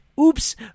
oops